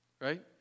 Right